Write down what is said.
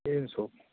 تین سو